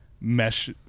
mesh